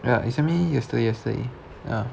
ya you send me yesterday yesterday